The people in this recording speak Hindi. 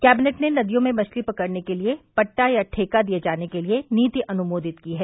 कैबिनेट ने नदियों में मछली पकड़ने के लिये पट्टा या ठेका दिये जाने के लिये नीति अनुमोदित की है